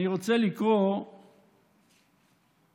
אנחנו לא מכניסים,